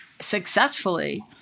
successfully